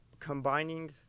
Combining